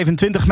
25